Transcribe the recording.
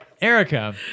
Erica